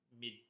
mid